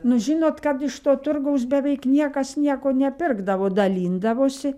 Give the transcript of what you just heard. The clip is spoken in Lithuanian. nu žinot kad iš to turgaus beveik niekas nieko nepirkdavo dalindavosi